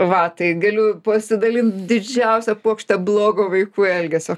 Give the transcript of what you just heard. va tai galiu pasidalint didžiausia puokšte blogo vaikų elgesio